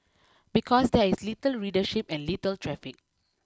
because there is little readership and little traffic